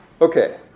Okay